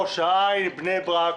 ראש העין ובני ברק.